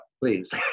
please